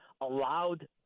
allowed